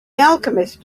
alchemist